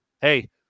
Hey